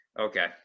okay